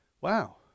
wow